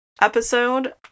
episode